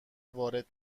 وارد